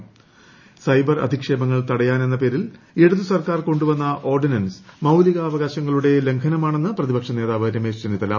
Ramesh Chennithala cyber അധിക്ഷേപങ്ങൾ തടയാനെന്ന പേരിൽ ഇടതു സർക്കാർ കൊണ്ടുവന്ന ഓർഡിനൻസ് മൌലികാവകാശങ്ങളുടെ ലംഘനമാണെന്ന് പ്രതിപക്ഷ നേതാവ് രമേശ് ചെന്നിത്തല